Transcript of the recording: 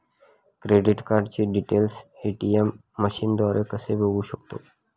Credit कार्डचे details ATM मशीनद्वारे कसे बघू शकतो?